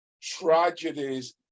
tragedies